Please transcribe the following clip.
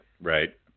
right